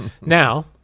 Now